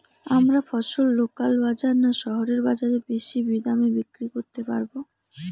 আমরা ফসল লোকাল বাজার না শহরের বাজারে বেশি দামে বিক্রি করতে পারবো?